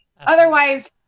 Otherwise